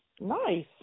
Nice